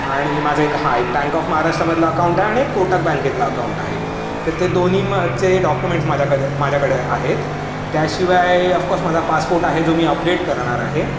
आणि माझं एक हा एक बँक ऑफ महाराष्ट्रामधलं अकाऊंट आहे आणि एक कोटक बँकेतलं अकाऊंट आहे तर ते दोन्ही मचे डॉक्युमेंट्स माझ्याकडं माझ्याकडं आहेत त्याशिवाय ऑफकोर्स माझा पासपोर्ट आहे जो मी अपडेट करणार आहे